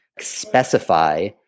specify